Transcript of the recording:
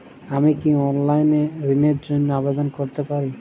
আমি কি অনলাইন এ ঋণ র জন্য আবেদন করতে পারি?